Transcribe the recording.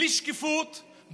בלי שקיפות,